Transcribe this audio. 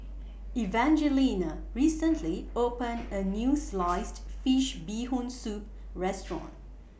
Evangelina recently opened A New Sliced Fish Bee Hoon Soup Restaurant